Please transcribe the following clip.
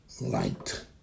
light